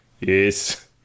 Yes